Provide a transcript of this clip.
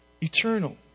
eternal